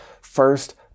First